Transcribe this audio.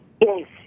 Yes